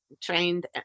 trained